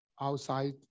outside